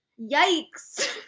yikes